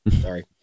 Sorry